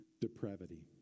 depravity